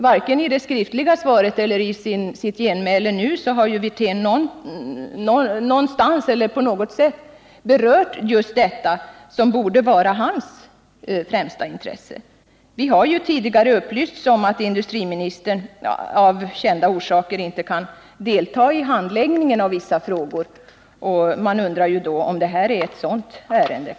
Varken i sitt första anförande eller i sitt genmäle nyss har herr Wirtén på något sätt berört detta, som borde vara hans främsta intresse. Vi har tidigare upplysts om att industriministern, av kända orsaker, inte kan delta i handläggningen av vissa frågor, och man undrar då om detta kanske är ett sådant ärende.